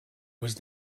was